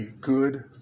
good